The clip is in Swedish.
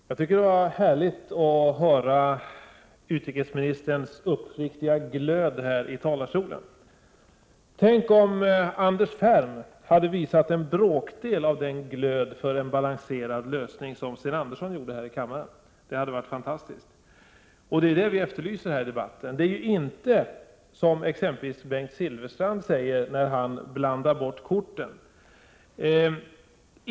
Herr talman! Jag tycker att det var härligt att höra utrikesministern tala med denna uppriktiga glöd. Tänk om Anders Ferm hade visat en bråkdel av denna glöd när det gäller att åstadkomma en balanserad lösning! Det hade varit fantastiskt. Bengt Silfverstrand försöker blanda bort korten.